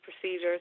procedures